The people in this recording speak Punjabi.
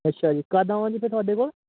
ਅੱਛਾ ਜੀ ਕਦੋਂ ਆਵਾਂ ਜੀ ਫਿਰ ਤੁਹਾਡੇ ਕੋਲ